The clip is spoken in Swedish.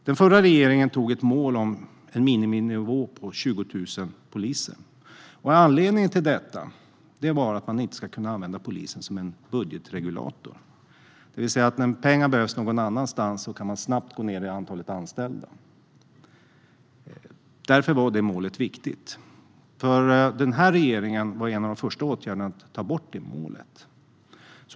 Den förra regeringen antog ett mål om en miniminivå på 20 000 poliser. Anledningen till detta var att man inte ska kunna använda polisen som en budgetregulator. Det vill säga att när pengar behövs någon annanstans kan man snabbt gå ned i antal anställda. Därför var det målet viktigt. För den här regeringen var en av de första åtgärderna att ta bort det målet.